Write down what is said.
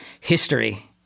history